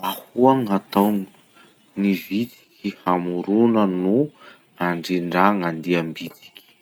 Ahoa gn'ataon'ny vitsiky hamorona no handrindra gn'andiam-bitsiky?